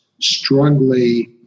strongly